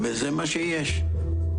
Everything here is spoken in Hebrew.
נשמח לעדכון שלך על הנעשה.